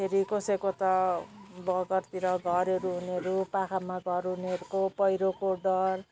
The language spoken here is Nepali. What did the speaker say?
फेरि कसैको त बगरतिर घरहरू हुनेहरू पाखामा घर हुनेहरूको पहिरोको डर